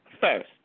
first